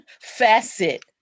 facet